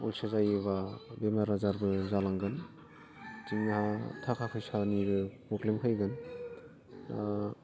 अलसिया जायोबा बेमार आजारबो जालांगोन जोंना थाखा फैसानिबो प्रब्लेम फैगोन दा